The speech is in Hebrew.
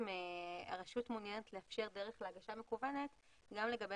הרשות מעוניינת לאפשר דרך להגשה מקוונת גם לגבי